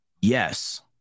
yes